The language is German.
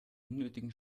unnötigen